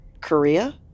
Korea